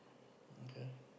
okay